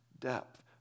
depth